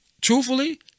truthfully